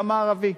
גם הערבי,